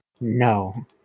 No